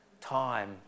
time